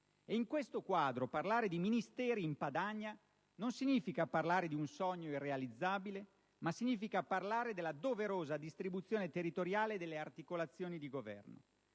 In questo quadro parlare di Ministeri in Padania non significa parlare di un sogno irrealizzabile, ma della doverosa distribuzione territoriale delle articolazioni di Governo.